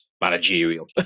Managerial